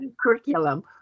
curriculum